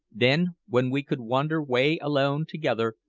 then, when we could wander away alone together,